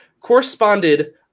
corresponded